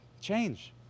change